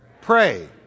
Pray